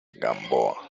gamboa